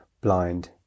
blind